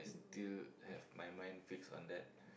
still have my mind fixed on that